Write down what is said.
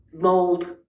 mold